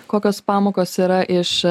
kokios pamokos yra iš